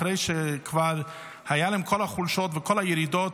אחרי שכבר היה להם כל החולשות וכל הירידות,